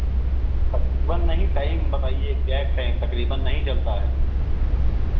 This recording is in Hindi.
तकरीबन नहीं टाइम बताइए इग्ज़ैक्ट टाइम तकरीबन नहीं चलता है